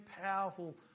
powerful